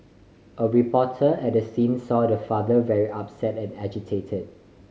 a reporter at the scene saw the father very upset and agitated